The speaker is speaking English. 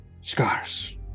scars